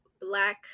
black